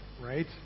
right